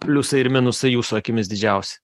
pliusai ir minusai jūsų akimis didžiausi